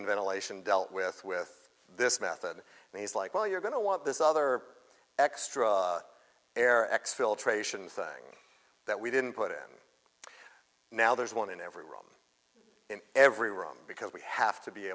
and ventilation dealt with with this method and he's like well you're going to want this other extra air exfiltration thing that we didn't put in now there's one in every room in every room because we have to be